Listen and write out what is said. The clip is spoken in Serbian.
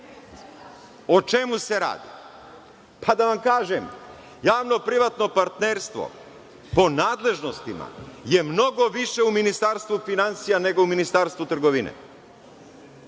O čemu se radi? Da vam kažem, javno-privatno partnerstvo po nadležnostima je mnogo više u Ministarstvu finansija nego u Ministarstvu trgovine,